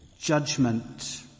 judgment